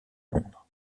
londres